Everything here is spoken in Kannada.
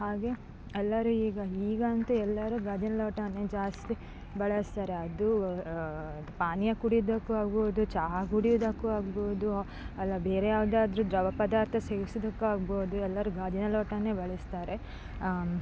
ಹಾಗೇ ಎಲ್ಲರು ಈಗ ಈಗಂತು ಎಲ್ಲರು ಗಾಜಿನ ಲೋಟವೇ ಜಾಸ್ತಿ ಬಳಸ್ತಾರೆ ಅದು ಪಾನೀಯ ಕುಡಿಯುವುದಕ್ಕು ಆಗ್ಬೋದು ಚಹಾ ಕುಡಿಯುವುದಕ್ಕು ಆಗ್ಬೋದು ಅಲ್ಲ ಬೇರೆ ಯಾವ್ದಾದ್ರೂ ದ್ರವ ಪದಾರ್ಥ ಸೇವಿಸುವುದಕ್ಕು ಆಗ್ಬೋದು ಎಲ್ಲರು ಗಾಜಿನ ಲೋಟವೇ ಬಳಸ್ತಾರೆ